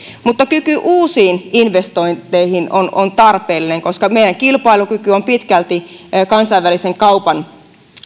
mutta kyky uusiin investointeihin on on tarpeellinen koska meidän kilpailukykymme on pitkälti kansainvälisen kaupan